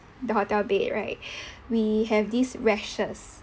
the hotel bed right we have this rashes